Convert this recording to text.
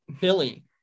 Billy